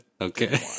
Okay